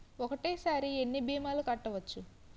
ఒక్కటేసరి ఎన్ని భీమాలు కట్టవచ్చు?